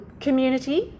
community